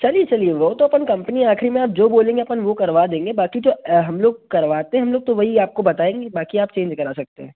चलिए चलिए वह तो अपन कम्पनी आख़िरी में आप जो बोलेंगे अपन वो करवा देंगे बाक़ी तो हम लोग करवाते हम लोग तो वही आपको बताएंगे बाक़ी आप चेंज करा सकते हैं